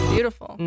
Beautiful